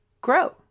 grow